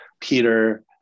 Peter